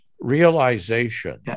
realization